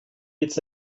jetzt